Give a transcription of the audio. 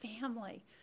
family